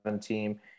team